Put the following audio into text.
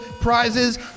prizes